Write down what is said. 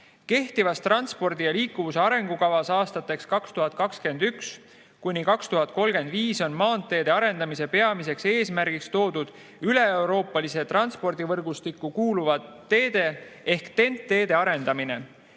transpordi ja liikuvuse arengukavas aastateks 2021–2035 on maanteede arendamise peamise eesmärgina toodud üleeuroopalisse transpordivõrgustikku kuuluvate teede ehk TEN‑T‑teede arendamine,